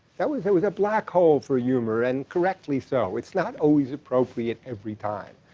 that was that was a black hole for humor, and correctly so. it's not always appropriate every time.